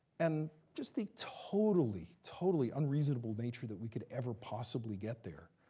and just the totally, totally unreasonable nature that we could ever possibly get there.